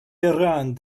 around